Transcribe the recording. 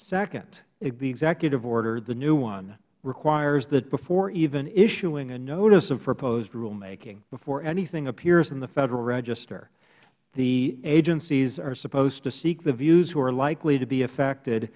second the executive order the new one requires that before even issuing a notice of proposed rulemaking before anything appears in the federal register the agencies are supposed to seek the views who are likely to be affected